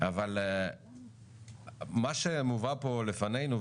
אבל מה שמובא פה לפנינו,